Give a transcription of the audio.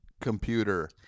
computer